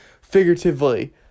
Figuratively